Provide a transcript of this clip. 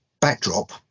backdrop